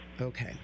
Okay